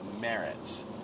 merits